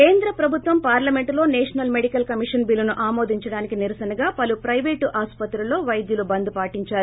కేంద్ర ప్రభుత్వం పార్లమెంటులో నేషనల్ మెడికల్ కమిషన్ బిల్లును ఆమోదించడానికి నిరసనగా పలు పైవేటు ఆసుపత్రుల్లో వైద్యలు బంద్ పాటించారు